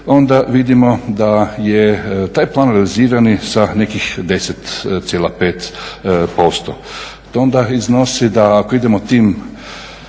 onda vidimo da je taj plan … sa nekih 10,5%. To onda iznosi da ako idemo tim